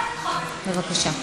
בבקשה.